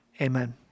Amen